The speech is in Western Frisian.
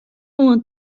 oan